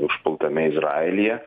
užpultame izraelyje